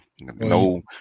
No